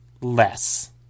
less